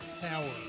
power